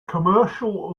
commercial